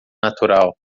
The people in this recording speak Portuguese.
natural